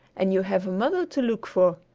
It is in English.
and you have a mother to look for.